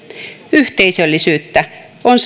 yhteisöllisyyttä on